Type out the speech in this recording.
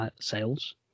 sales